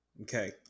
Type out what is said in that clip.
Okay